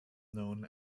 known